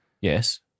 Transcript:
Yes